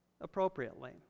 appropriately